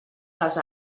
les